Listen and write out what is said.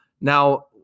Now